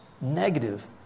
negative